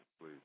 please